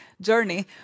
journey